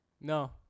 No